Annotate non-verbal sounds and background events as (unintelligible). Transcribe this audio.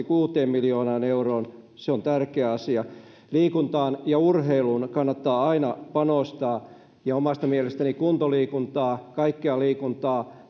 (unintelligible) kuuteen miljoonaan euroon se on tärkeä asia liikuntaan ja urheiluun kannattaa aina panostaa omasta mielestäni kuntoliikuntaa kaikkea liikuntaa (unintelligible)